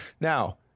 Now